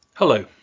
Hello